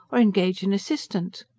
or engage an assistant.